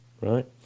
right